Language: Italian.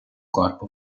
corpo